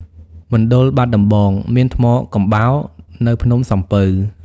មណ្ឌលបាត់ដំបង មានថ្មកំបោរ នៅភ្នំសំពៅ។